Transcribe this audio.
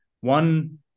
one